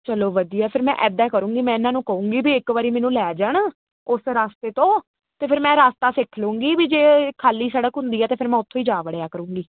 ਚਲੋ ਵਧੀਆ ਫਿਰ ਮੈਂ ਇਦਾਂ ਕਰੂੰਗੀ ਮੈਂ ਇਹਨਾਂ ਨੂੰ ਕਹੂੰਗੀ ਵੀ ਇੱਕ ਵਾਰੀ ਮੈਨੂੰ ਲੈ ਜਾਣਾ ਉਸ ਰਸਤੇ ਤੋਂ ਤੇ ਫਿਰ ਮੈਂ ਰਾਸਤਾ ਸਿੱਖ ਲੂਗੀ ਵੀ ਜੇ ਖਾਲੀ ਸੜਕ ਹੁੰਦੀ ਹ ਤੇ ਫਿਰ ਮੈਂ ਉਥੋਂ ਹੀ ਜਾ ਵੜਿਆ ਕਰੂੰਗੀ